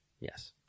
Yes